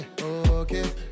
Okay